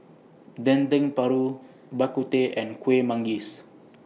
Dendeng Paru Bak Kut Teh and Kuih Manggis